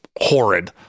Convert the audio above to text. horrid